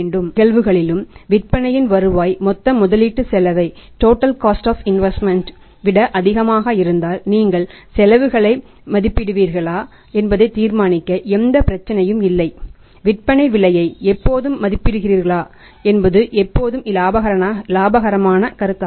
இரண்டு நிகழ்வுகளிலும் விற்பனையின் வருவாய் டோட்டல் இன்வெஸ்ட்மெண்ட் காஸ்ட் மொத்த முதலீட்டு செலவை விட அதிகமாக இருந்தால் நீங்கள் செலவுகளை மதிப்பிடுகிறீர்களா என்பதை தீர்மானிக்க எந்த பிரச்சனையும் இல்லை விற்பனை விலையை எப்போதும் மதிப்பிடுகிறீர்களா என்பது எப்போதும் இலாபகரமான கருத்தாகும்